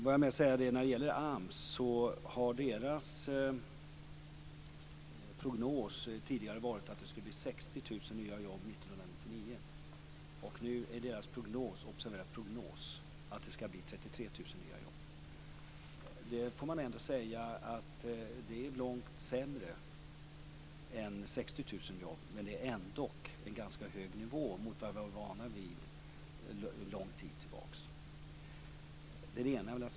Fru talman! AMS prognos har tidigare varit att det skulle bli 60 000 nya jobb 1999. Nu är AMS prognos att det skall bli 33 000 nya jobb. Det är förvisso långt sämre än 60 000 jobb men det är ändå en ganska hög nivå jämfört med vad vi varit vana vid sedan en lång tid tillbaka.